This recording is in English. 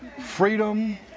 Freedom